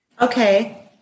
Okay